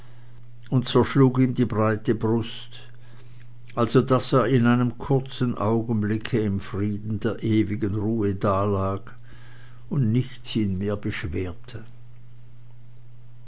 und zerschlug ihm die breite brust also daß er in einem kurzen augenblicke im frieden der ewigen ruhe dalag und nichts ihn mehr beschwerte